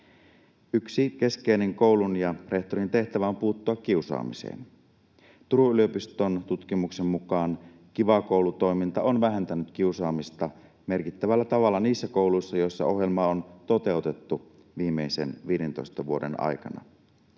Yksi keskeinen koulun ja rehtorin tehtävä on puuttua kiusaamiseen. Turun yliopiston tutkimuksen mukaan Kiva Koulu ‑toiminta on vähentänyt kiusaamista merkittävällä tavalla niissä kouluissa, joissa ohjelmaa on toteutettu viimeisen 15 vuoden aikana.